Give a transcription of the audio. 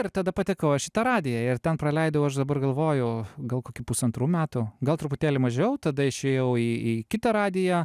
ir tada patekau aš į tą radiją ir ten praleidau aš dabar galvoju gal kokį pusantrų metų gal truputėlį mažiau tada išėjau į į kitą radiją